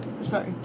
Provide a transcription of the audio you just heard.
Sorry